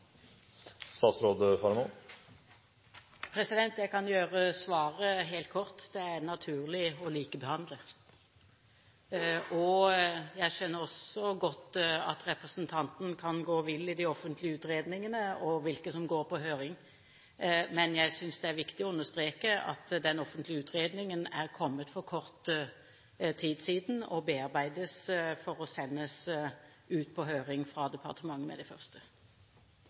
helt naturlig å likebehandle. Jeg skjønner også godt at representanten kan gå seg vill i de offentlige utredningene og hvilke som går på høring. Jeg synes det er viktig å understreke at den offentlige utredningen er kommet for kort tid siden og bearbeides for å sendes ut på høring fra departementet med det første.